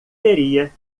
teria